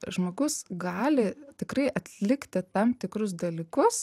žmogus gali tikrai atlikti tam tikrus dalykus